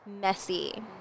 messy